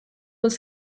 was